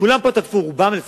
כולם פה תקפו, רובם לפחות.